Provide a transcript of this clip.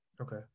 Okay